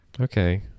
Okay